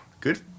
Good